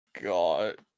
God